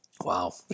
wow